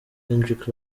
kendrick